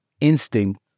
instinct